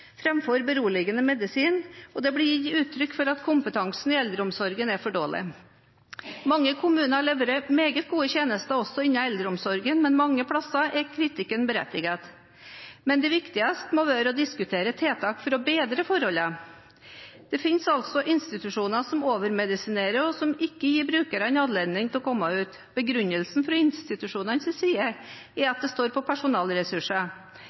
framfor beroligende medisin, og det blir gitt uttrykk for at kompetansen i eldreomsorgen er for dårlig. Mange kommuner leverer meget gode tjenester også innen eldreomsorgen, men mange plasser er kritikken berettiget. Men det viktigste må være å diskutere tiltak for å bedre forholdene. Det fins altså institusjoner som overmedisinerer, og som ikke gir brukerne anledning til å komme ut. Begrunnelsen fra institusjonenes side er at det står på personalressurser.